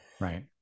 Right